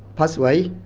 pass away,